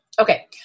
Okay